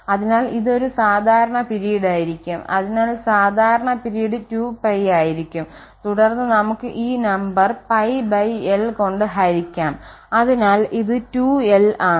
അതിനാൽ ഇത് ഒരു സാധാരണ പിരീഡായിരിക്കും അതിനാൽ സാധാരണ പിരീഡ് 2π ആയിരിക്കും തുടർന്ന് നമുക്ക് ഈ നമ്പർ l കൊണ്ട് ഹരിക്കാം അതിനാൽ ഇത് 2l ആണ്